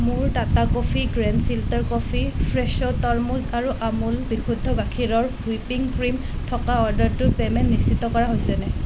মোৰ Tata coffee ground filter coffee Fresho তৰমুজ আৰু আমূল বিশুদ্ধ গাখীৰৰ হুইপিং ক্ৰীম থকা অ'ৰ্ডাৰটোৰ পে'মেণ্ট নিশ্চিত কৰা হৈছেনে